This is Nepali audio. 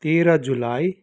तेह्र जुलाई